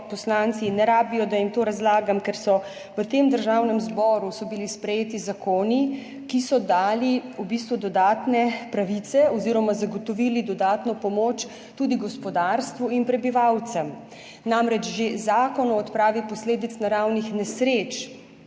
poslanci ne rabijo, da jim to razlagam, ker so bili v tem državnem zboru sprejeti zakoni, ki so dali v bistvu dodatne pravice oziroma zagotovili dodatno pomoč tudi gospodarstvu in prebivalcem. Namreč, že Zakon o odpravi posledic naravnih nesreč